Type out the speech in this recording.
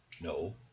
No